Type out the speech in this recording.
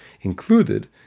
Included